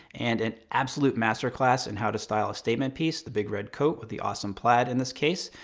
and an absolute master class in how to style a statement piece, the big red coat with the awesome plaid in this case,